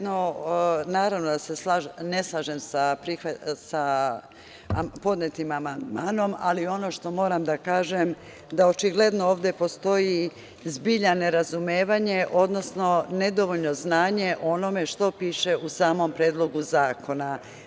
Naravno da se ne slažem sa podnetim amandmanom, ali ono što moram da kažem, očigledno ovde postoji zbilja nerazumevanje, odnosno nedovoljno znanje o onome što piše u samom Predlogu zakona.